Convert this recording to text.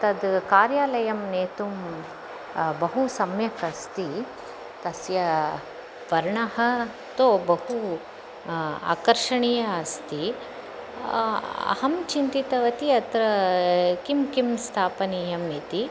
तद् कार्यालयं नेतुं बहु सम्यक् अस्ति तस्य वर्णः तु बहु आकर्षणीयः अस्ति अहं चिन्तितवती अत्र किं किं स्थापनीयम् इति